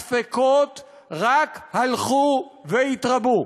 הספקות רק הלכו והתרבו,